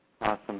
Awesome